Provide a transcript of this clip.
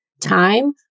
time